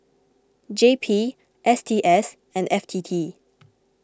J P S T S and F T T